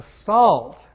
assault